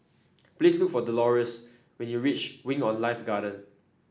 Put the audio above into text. please look for Dolores when you reach Wing On Life Garden